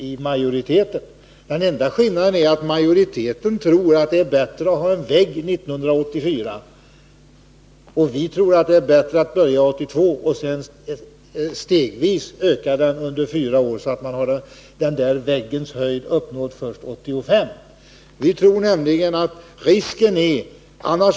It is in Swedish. Den enda skillnaden är att majoriteten tror att det är bättre att ha en ”vägg” 1984, och vi tror att det är bättre att börja 1982 och stegvis öka fyra år så att man uppnått ”väggens” höjd först 1985.